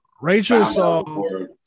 Rachel